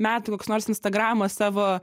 metų koks nors instagramas savo